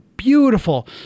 beautiful